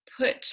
put